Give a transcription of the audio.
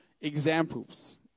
examples